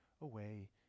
away